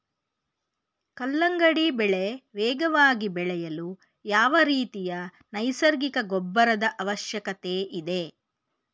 ಕಲ್ಲಂಗಡಿ ಬೆಳೆ ವೇಗವಾಗಿ ಬೆಳೆಯಲು ಯಾವ ರೀತಿಯ ನೈಸರ್ಗಿಕ ಗೊಬ್ಬರದ ಅವಶ್ಯಕತೆ ಇದೆ?